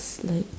like